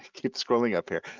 keep scrolling up here,